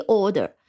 order